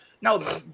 now